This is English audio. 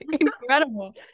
incredible